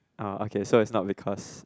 orh okay so it's not because